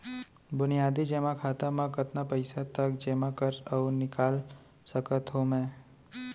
बुनियादी जेमा खाता म कतना पइसा तक जेमा कर अऊ निकाल सकत हो मैं?